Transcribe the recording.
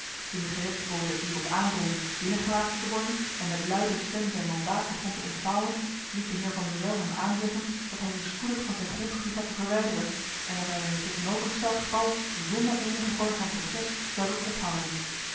toen de gerechtsbode hierop aandrong binnengelaten te worden en met luider stem zijn mandaat begon te ontvouwen liet de heer van murél hem aanzeggen dat hij zich spoedig van zijn grondgebied had te verwijderen en dat hij hem in het tegenovergesteld geval zonder eenigen vorm van proces zou doen ophangen